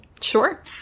Sure